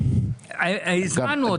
הזמנו אותם,